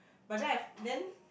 but then I've then